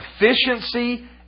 efficiency